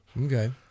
Okay